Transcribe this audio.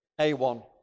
A1